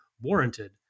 warranted